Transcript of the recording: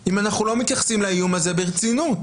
אם אנחנו לא מתייחסים לאיום הזה ברצינות?